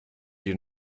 dir